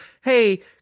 hey